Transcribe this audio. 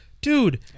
Dude